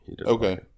Okay